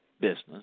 business